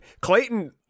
Clayton